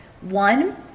one